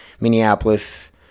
Minneapolis